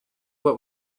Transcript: what